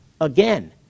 again